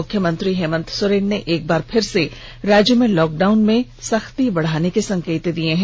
मुख्यमंत्री हेमंत सोरेन ने एक बार फिर से राज्य में लॉकडाउन में सख्ती बढ़ाने के संकेत दिए हैं